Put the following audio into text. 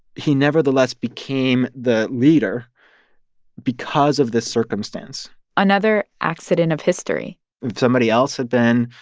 he nevertheless became the leader because of this circumstance another accident of history if somebody else had been,